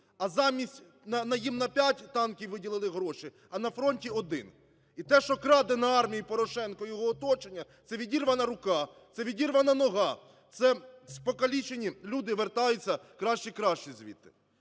їм на п'ять танків виділили гроші, а на фронт і- один. І те, що краде на армії Порошенко і його оточення, – це відірвана рука, це відірвана нога, це покалічені люди вертаються, кращі-кращі, звідти.